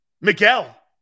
Miguel